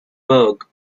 burgh